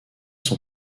sont